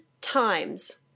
times